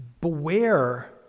Beware